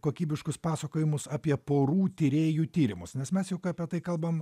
kokybiškus pasakojimus apie porų tyrėjų tyrimus nes mes juk apie tai kalbam